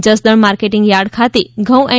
Jasdan marketing yard ખાતે ઘઉં N